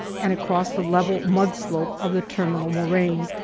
and across the level mud-slope of the terminal moraine.